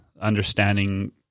understanding